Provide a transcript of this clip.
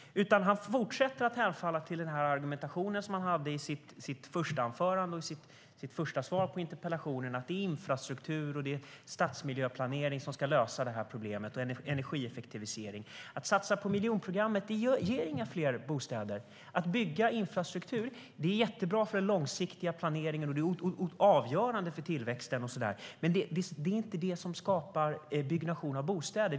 Han fortsätter att hemfalla till den argumentation som han hade i sitt första anförande om att det är infrastruktur, stadsmiljöplanering och energieffektivisering som ska lösa detta problem. Att satsa på miljonprogrammet ger inga fler bostäder. Att bygga infrastruktur är jättebra för den långsiktiga planeringen, och det är avgörande för tillväxten och så vidare. Men det är inte det som skapar byggnation av bostäder.